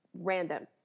random